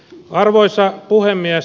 arvoisa puhemies